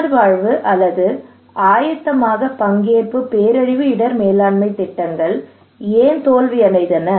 புனர்வாழ்வு அல்லது ஆயத்தமாக பங்கேற்பு பேரழிவு இடர் மேலாண்மை திட்டங்கள் ஏன் தோல்வியடைந்தன